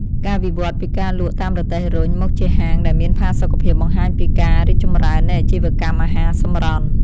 ការវិវត្តពីការលក់តាមរទេះរុញមកជាហាងដែលមានផាសុកភាពបង្ហាញពីការរីកចម្រើននៃអាជីវកម្មអាហារសម្រន់។